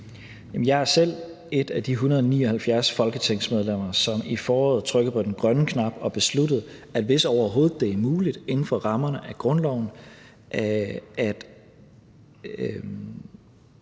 jeg er selv et af de 179 folketingsmedlemmer, som i foråret trykkede på den grønne knap og besluttede, at hvis det overhovedet var muligt inden for rammerne af grundloven at